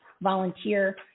volunteer